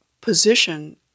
position